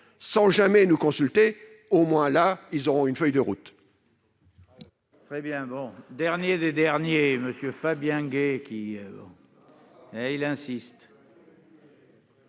sans jamais nous consulter. Au moins, là, ils auront une feuille de route